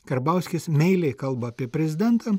karbauskis meiliai kalba apie prezidentą